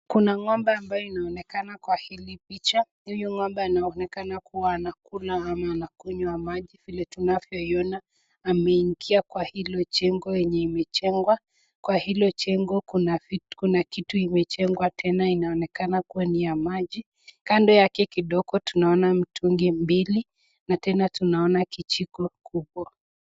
Kuna ng'ombe ambaye inaonekana kwa hili picha, huyu ng'ombe anaonekana kuwa anakula ama anakunywa maji vile tunavyoiona, ameingia kwa hilo jengo yenye imejengwa. Kwa hilo jengo kuna kitu imejengwa tena inaonekana kuwa ni ya maji, kando yake kidogo tunaona mitungi mbili na tena tunaona kijiko kubwa.